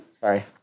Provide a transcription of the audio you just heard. Sorry